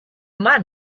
man